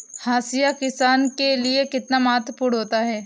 हाशिया किसान के लिए कितना महत्वपूर्ण होता है?